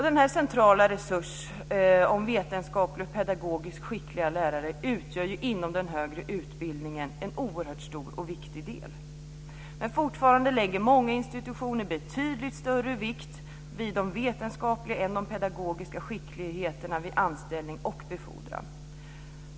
Den centrala resurs som vetenskapligt-pedagogiskt skickliga lärare utgör inom den högre utbildningen är oerhört stor och viktig, men fortfarande lägger många institutioner betydligt större vikt vid den vetenskapliga än vid den pedagogiska skickligheten vid anställning och befordran.